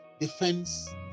Defense